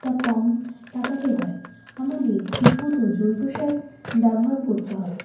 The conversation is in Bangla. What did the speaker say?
তা কম টাকাতে হয় আমাদের ঠিকমতো জৈব সার ব্যবহার করতে হবে